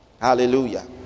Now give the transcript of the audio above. hallelujah